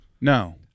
No